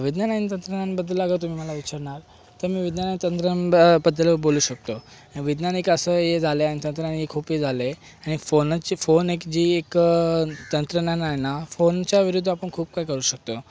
विज्ञान आणि तंत्रज्ञानबद्दल अगर तुम्ही मला विचारणार तर मी विज्ञान आणि तंत्रज्ञानबह्या बद्दल बोलू शकतो विज्ञान एक असं हे झालं आहे आणि तंत्रज्ञानही खूप काही झालं आहे आणि फोनाची फोन एक जी एक तंत्रज्ञान आहे ना फोनच्याविरुद्ध आपण खूप काही करू शकतो